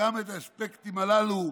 גם את האספקטים הללו,